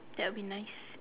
that would be nice